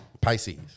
Pisces